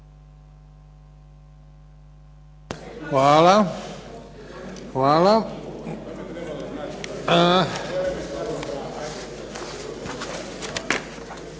nama. Hvala.